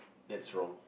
that's wrong